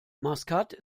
maskat